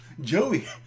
Joey